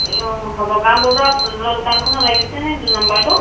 এ অ' হয় বৰগাঁও বজাৰৰ ফল মূলৰ দোকানখনত লাগিছেনে নম্বৰটো